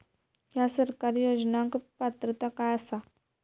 हया सरकारी योजनाक पात्रता काय आसा?